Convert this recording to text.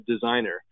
designer